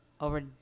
over